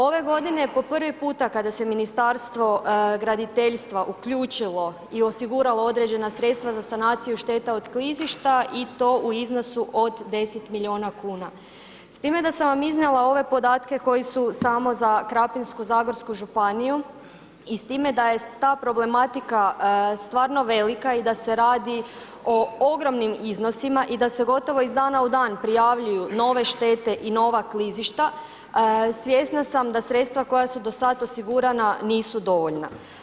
Ove godine po prvi puta kada se Ministarstvo graditeljstva uključilo i osiguralo određena sredstva za sanaciju šteta od klizišta i to u iznosu od 10 milijuna kuna, s time da sam vam iznijela ove podatke koji su samo za Krapinsko-zagorsku županiju i s time da je ta problematika stvarno velika i da se radi o ogromnim iznosima i da se gotovo iz dana u dan prijavljuju nove štete i nova klizišta svjesna sam da sredstva koja su do sad osigurana nisu dovoljna.